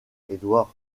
edward